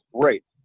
Great